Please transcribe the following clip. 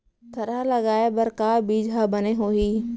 थरहा लगाए बर का बीज हा बने होही?